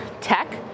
tech